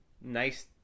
nice